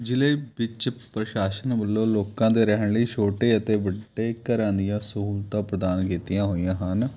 ਜ਼ਿਲ੍ਹੇ ਵਿੱਚ ਪ੍ਰਸ਼ਾਸਨ ਵੱਲੋਂ ਲੋਕਾਂ ਦੇ ਰਹਿਣ ਲਈ ਛੋਟੇ ਅਤੇ ਵੱਡੇ ਘਰਾਂ ਦੀਆਂ ਸਹੂਲਤਾਂ ਪ੍ਰਦਾਨ ਕੀਤੀਆਂ ਹੋਈਆਂ ਹਨ